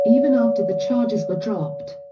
even after the charges were dropped.